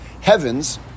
heavens